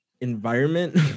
environment